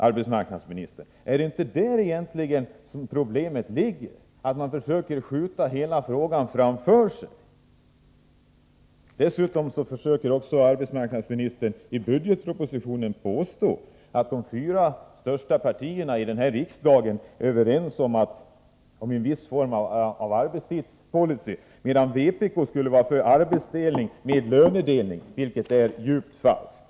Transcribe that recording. Är det inte där som problemet egentligen ligger, att regeringen försöker skjuta hela frågan framför sig? Arbetsmarknadsministern försöker också i budgetpropositionen påstå att de fyra största partierna i riksdagen är överens om en viss form av arbetstidspolicy, medan vpk skulle vara för en arbetsdelning med lönedelning, vilket är djupt falskt.